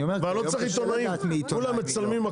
אני אומר כי היום קשה לדעת מי עיתונאי ומי לא.